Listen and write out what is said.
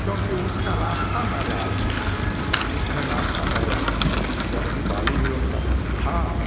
क्योंकि उसका रास्ता नाजायज़ था उसने रास्ता नाजायज किया था जबकि बाली भी उनका भक्त था